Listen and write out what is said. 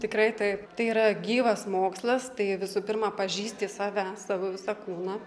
tikrai taip tai yra gyvas mokslas tai visų pirma pažįsti save savo visą kūną